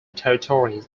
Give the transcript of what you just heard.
territories